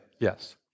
Yes